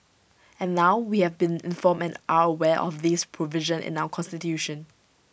and now we have been informed and are aware of this provision in our Constitution